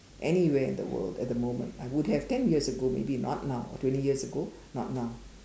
anywhere in the world at the moment I would have ten years ago maybe not now twenty years ago not now